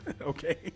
Okay